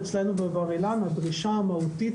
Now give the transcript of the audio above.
לו ראייה חדשנית.